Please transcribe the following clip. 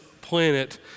planet